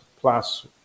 plus